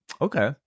Okay